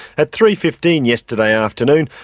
at three. fifteen yesterday afternoon,